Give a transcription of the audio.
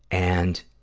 and